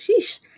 sheesh